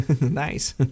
nice